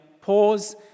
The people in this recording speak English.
pause